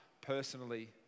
personally